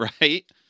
right